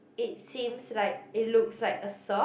it seems like it looks like a sock